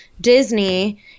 Disney